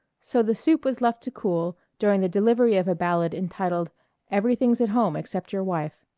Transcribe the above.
so the soup was left to cool during the delivery of a ballad entitled everything's at home except your wife.